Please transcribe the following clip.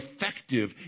effective